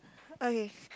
okay